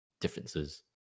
differences